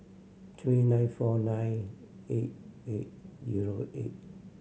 three nine four nine eight eight zero eight